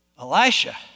Elisha